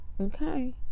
Okay